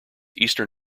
eastern